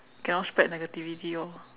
cannot spread negativity lor